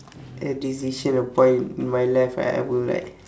a decision a point in my life I I would like